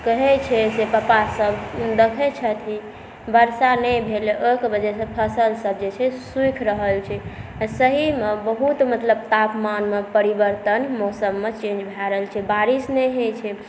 कहै छै पप्पासभ देख़ै छथिन वर्षा नहि भेलै ओहिके वजहसे फसलसभ जे छै से सूखि रहल छै आ सहीमे बहुत मतलब तापमानमे परिवर्तन मौसममे चेंज भए रहल छै बारिश नहि होइ छै